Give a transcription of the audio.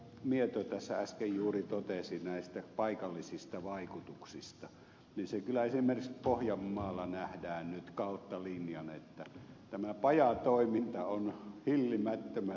mieto tässä äsken juuri totesi näistä paikallisista vaikutuksista kyllä esimerkiksi pohjanmaalla nähdään kautta linjan että tämä pajatoiminta on tilillään tämän